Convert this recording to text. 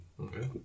Okay